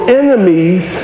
enemies